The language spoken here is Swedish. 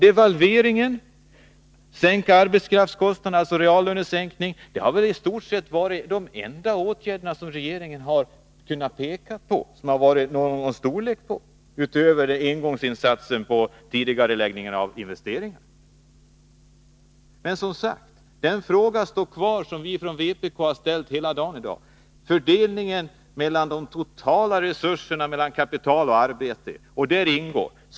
Devalveringen, sänkningen av arbetskraftskostnaderna och reallönesänkningen har väl i stort sett varit de enda åtgärder av någon storleksordning som regeringen har kunnat peka på, utöver den engångsinsats som tidigareläggningen av investeringarna innebar. Den fråga som vpk har ställt hela dagen kvarstår obesvarad: frågan om fördelningen mellan kapital och arbete när det gäller de totala resurserna.